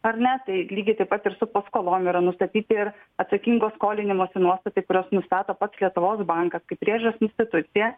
ar ne tai lygiai taip pat ir su paskolom yra nustatyti ir atsakingo skolinimosi nuostatai kuriuos nustato pats lietuvos bankas kaip priežiūros institucija